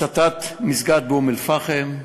הצתת מסגד באום-אלפחם,